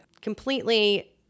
completely